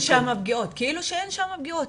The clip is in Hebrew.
כאילו שאין שם פגיעות.